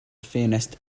ffenest